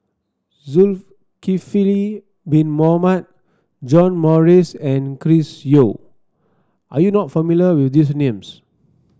Zulkifli Bin Mohamed John Morrice and Chris Yeo are you not familiar with these names